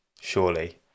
surely